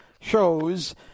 shows